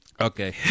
Okay